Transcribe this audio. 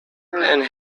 and